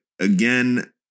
Again